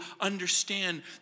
understand